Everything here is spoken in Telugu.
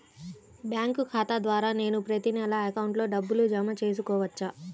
బ్యాంకు ఖాతా ద్వారా నేను ప్రతి నెల అకౌంట్లో డబ్బులు జమ చేసుకోవచ్చా?